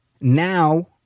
now